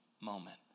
moment